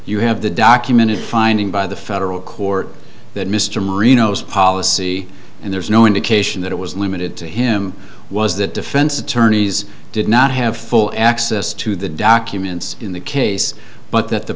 you have the documented finding by the federal court that mr marino's policy and there's no indication that it was limited to him was that defense attorneys did not have full access to the documents in the case but that the